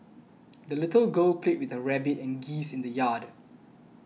the little girl played with her rabbit and geese in the yard